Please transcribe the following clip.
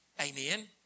Amen